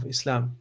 Islam